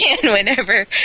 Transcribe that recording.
whenever